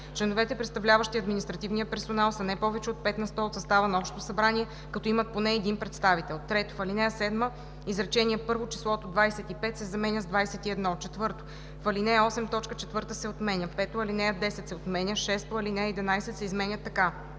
членовете, представляващи административния персонал, са не повече от 5 на сто от състава на общото събрание, като имат поне един представител.“ 3. В ал. 7, изречение първо числото „25“ се заменя с „21“. 4. В ал. 8 т. 4 се отменя. 5. Алинея 10 се отменя. 6. Алинея 11 се изменя така: